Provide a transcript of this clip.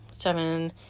Seven